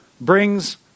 brings